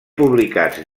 publicats